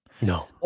No